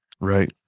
Right